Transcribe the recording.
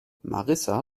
marissa